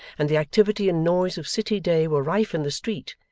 and the activity and noise of city day were rife in the street,